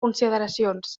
consideracions